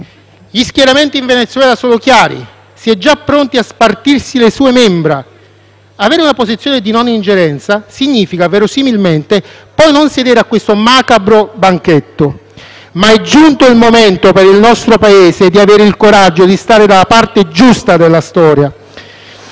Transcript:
Gli schieramenti in Venezuela sono chiari, si è già pronti a spartirsi le sue membra. Avere una posizione di non ingerenza significa, verosimilmente, poi non sedere a questo macabro banchetto. Ma è giunto il momento, per il nostro Paese, di avere il coraggio di stare dalla parte giusta della storia.